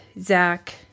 Zach